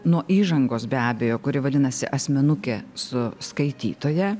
nuo įžangos be abejo kuri vadinasi asmenukė su skaitytoja